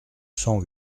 cent